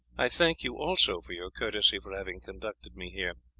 i thank you also for your courtesy for having conducted me here.